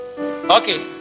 Okay